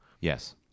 Yes